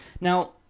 Now